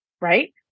Right